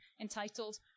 entitled